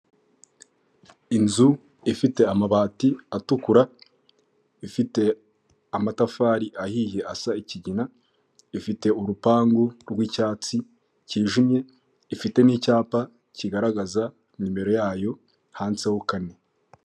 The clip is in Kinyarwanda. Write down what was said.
Ni isoko ryiza hasi risashe amakaro hejuru hari parafo, mu rwego rwo kwirinda inyanyagira ry'ibicuruzwa bubatse akayetajeri ko mu biti ku buryo usanga buri gicuruzwa gipanze mu mwanya wacyo.